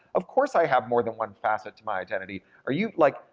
of course i have more than one facet to my identity. are you, like,